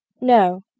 No